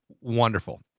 wonderful